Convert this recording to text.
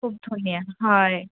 খুব ধনীয়া হয়